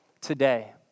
today